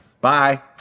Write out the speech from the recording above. Bye